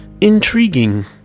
Intriguing